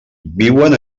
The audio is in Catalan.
viuen